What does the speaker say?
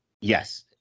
Yes